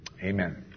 Amen